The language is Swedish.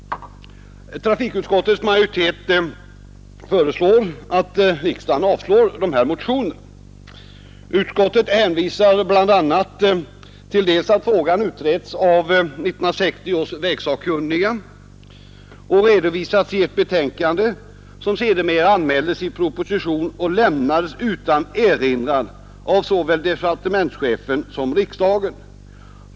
Trafikutskottets majoritet föreslår att riksdagen avslår dessa motioner. Utskottet hänvisar bl.a. till att frågan utretts av 1960 års vägsakkunniga och redovisas i ett betänkande, som sedermera anmäldes i proposition och lämnades utan erinran av såväl departementschefen som riksdagen.